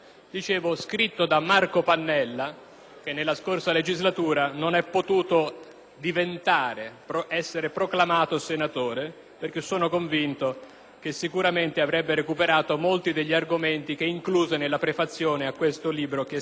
che nella scorsa legislatura non ha potuto essere proclamato senatore, mentre sono convinto che sicuramente avrebbe recuperato molti degli argomenti che include nella prefazione a questo libro, pubblicato nel 2002.